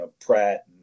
Pratt